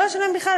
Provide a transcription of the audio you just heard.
לא לשלם בכלל,